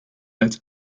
als